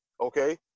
okay